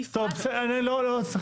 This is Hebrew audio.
בסדר, לא, לא צריך.